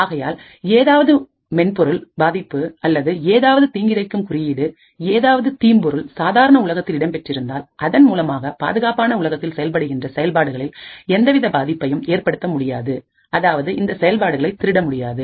ஆகையால் ஏதாவது மென்பொருள் பாதிப்பு அல்லது ஏதாவது தீங்கிழைக்கும் குறியீடு ஏதாவது தீம்பொருள் சாதாரண உலகத்தில் இடம்பெற்றிருந்தால்அதன் மூலமாக பாதுகாப்பான உலகத்தில் செயல்படுகின்ற செயல்பாடுகளில் எந்தவித பாதிப்பையும் ஏற்படுத்த முடியாது அதாவது இந்த செயல்பாடுகளை திருட முடியாது